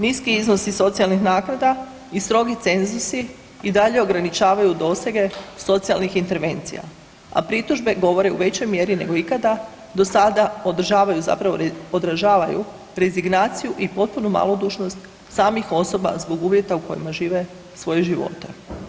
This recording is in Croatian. Niski iznosi socijalnih naknada i strogi cenzusi i dalje ograničavaju dosege socijalnih intervencija, a pritužbe govore u većoj mjeri nego ikada do sada, održavaju zapravo, odražavaju rezignaciju i potpunu malodušnost samih osoba zbog uvjeta u kojima žive svoje živote.